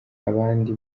abandi